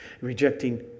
rejecting